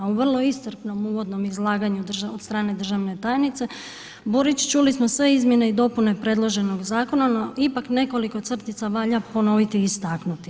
U vrlo iscrpnom uvodnom izlaganju od strane državne tajnice Burić čuli smo sve izmjene i dopune predloženog zakona no ipak nekoliko crtica valja ponoviti i istaknuti.